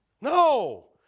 No